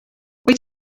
wyt